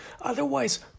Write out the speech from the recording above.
Otherwise